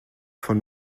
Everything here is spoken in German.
von